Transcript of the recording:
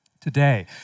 today